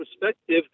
perspective